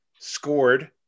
scored